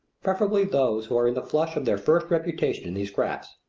preferably those who are in the flush of their first reputation in these crafts.